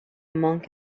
monk